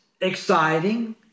exciting